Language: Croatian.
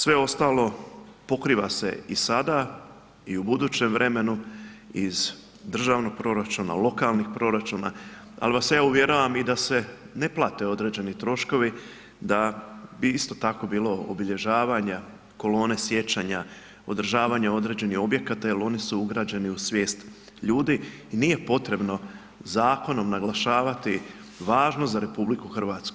Sve ostalo pokriva se i sada i u budućem vremenu iz državnog proračuna, lokalnih proračuna, ali vas evo, uvjeravam i da se ne plate određeni troškovi, da bi isto tako bilo obilježavanja kolone sjećanja, održavanja određenih objekata jer oni su ugrađeni u svijest ljudi i nije potrebno zakonom naglašavati važnost za RH.